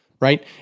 right